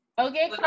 Okay